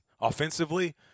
Offensively